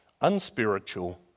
unspiritual